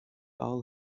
all